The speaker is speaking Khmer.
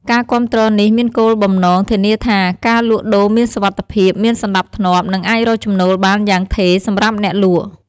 ការគាំទ្រនេះមានគោលបំណងធានាថាការលក់ដូរមានសុវត្ថិភាព មានសណ្តាប់ធ្នាប់ និងអាចរកចំណូលបានយ៉ាងថេរសម្រាប់អ្នកលក់។